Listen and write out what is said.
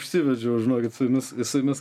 užsivedžiau žinokit su jumis su jumis